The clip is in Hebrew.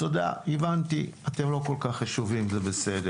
תודה, הבנתי, אתם לא כל כך חשובים, זה בסדר.